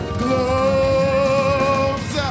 gloves